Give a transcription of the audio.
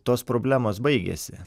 tos problemos baigėsi